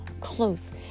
close